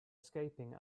escaping